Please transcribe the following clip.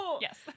Yes